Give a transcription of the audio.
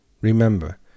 Remember